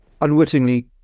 unwittingly